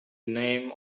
name